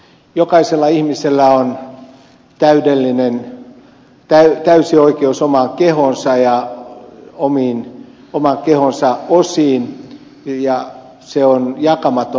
jokaisella ihmisellä on täysi oikeus omaan kehoonsa ja oman kehonsa osiin ja se on jakamaton oikeus